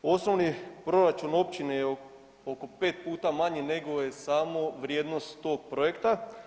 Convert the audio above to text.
Osnovni proračun općine je oko 5 puta manji nego je samo vrijednost tog projekta.